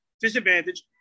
disadvantage